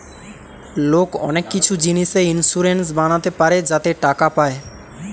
লোক অনেক কিছু জিনিসে ইন্সুরেন্স বানাতে পারে যাতে টাকা পায়